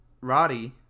Roddy